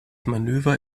manöver